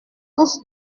tous